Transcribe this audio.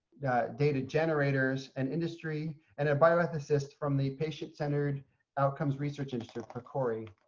data generators and industry, and a bioethicist from the patient centered outcomes research institute, pcori.